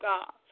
God